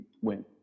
win